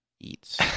eats